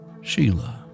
Sheila